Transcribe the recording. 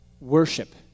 worship